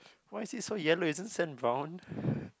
why is it so yellow isn't sand brown